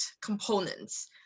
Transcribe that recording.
components